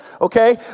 okay